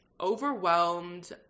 overwhelmed